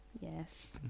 Yes